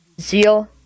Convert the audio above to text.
Zeal